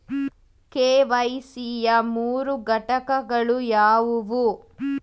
KYC ಯ ಮೂರು ಘಟಕಗಳು ಯಾವುವು?